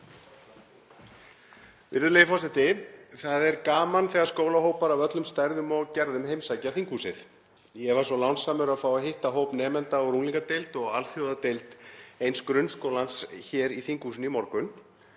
Virðulegi forseti. Það er gaman þegar skólahópar af öllum stærðum og gerðum heimsækja þinghúsið. Ég var svo lánsamur að fá að hitta hóp nemenda úr unglingadeild og alþjóðadeild eins grunnskólans hér í þinghúsinu í morgun.